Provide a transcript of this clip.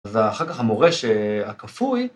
‫ואחר כך המורה ש... הכפוי...